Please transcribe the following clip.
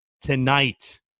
Tonight